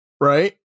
right